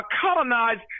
colonized